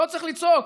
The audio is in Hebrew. לא צריך לצעוק.